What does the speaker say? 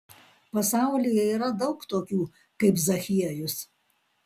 pasaulyje yra daug tokių kaip zachiejus